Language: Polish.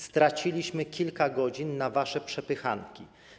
Straciliśmy kilka godzin na wasze przepychanki.